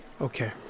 okay